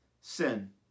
sin